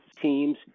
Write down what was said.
teams